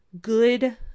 good